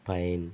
pine